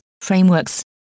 frameworks